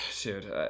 dude